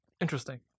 Interesting